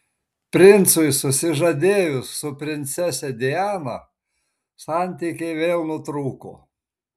princui susižadėjus su princese diana santykiai vėl nutrūko